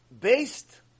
based